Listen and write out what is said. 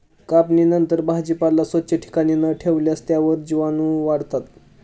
कापणीनंतर भाजीपाला स्वच्छ ठिकाणी न ठेवल्यास त्यावर जीवाणूवाढतात